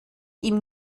ihm